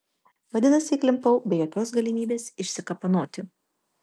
vadinasi įklimpau be jokios galimybės išsikapanoti